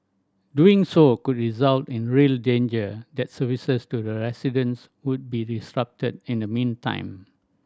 doing so could result in a real danger that services to the residents would be disrupted in the meantime